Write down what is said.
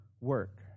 work